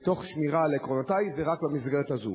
לשלב לימודים עם שמירה על עקרונותי היא רק המסגרת הזאת.